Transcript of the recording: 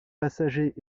passagers